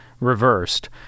reversed